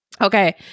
Okay